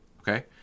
okay